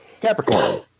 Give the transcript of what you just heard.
Capricorn